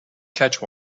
catch